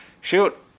Shoot